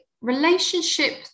relationship